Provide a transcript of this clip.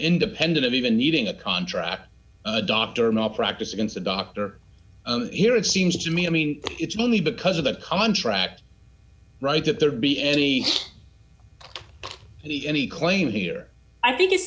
independent of even needing a contract a doctor malpractise against a doctor here it seems to me i mean it's only because of the contract right that there be any he any claim here i think i